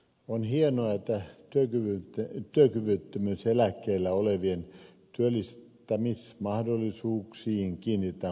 on hienoa että työkyvyttömyyseläkkeellä olevien työllistämismahdollisuuksiin kiinnitetään huomiota